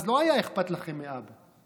אז לא היה אכפת לכם מאבא.